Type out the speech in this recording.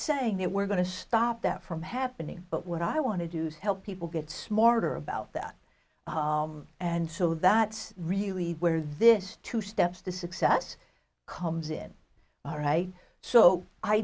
saying that we're going to stop that from happening but what i want to do is help people get smarter about that and so that's really where this two steps to success comes in all right so i